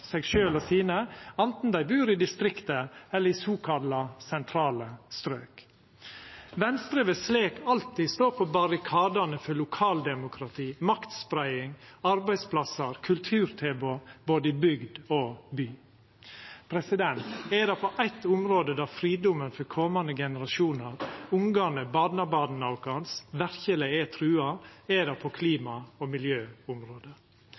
seg sjølv og sine, anten dei bur i distrikta eller i såkalla sentrale strøk. Venstre vil slik alltid stå på barrikadane for lokaldemokrati, maktspreiing, arbeidsplassar og kulturtilbod i både bygd og by. Er det eitt område der fridomen for komande generasjonar – ungane, barnebarna våre – verkeleg er trua, er det på